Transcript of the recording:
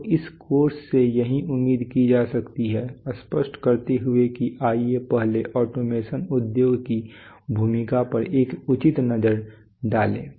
तो इस कोर्स से यही उम्मीद की जा सकती है स्पष्ट करते हुए कि आइए पहले ऑटोमेशन उद्योग की भूमिका पर एक उचित नज़र डालें